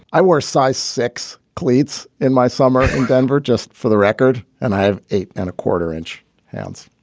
i wore a size six cleats in my summer in denver just for the record, and i have eight and a quarter inch hands,